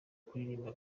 kuririmba